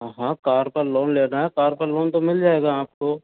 हाँ कार का लोन लेना है कार का लोन तो मिल जाएगा आपको